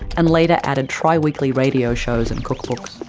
and later added tri-weekly radio shows and cookbooks.